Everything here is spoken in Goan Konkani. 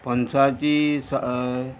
पणसाची सय